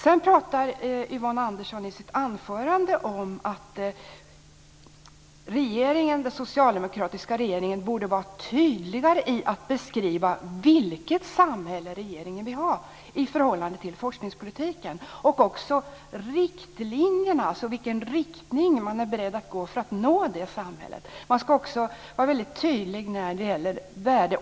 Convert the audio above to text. Sedan pratar Yvonne Andersson i sitt anförande om att den socialdemokratiska regeringen borde vara tydligare med att beskriva vilket samhälle regeringen vill ha i förhållande till forskningspolitiken och också i vilken riktning man är beredd att gå för att nå det samhället. Man ska också vara väldigt tydlig när det gäller värde.